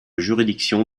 juridiction